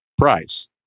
price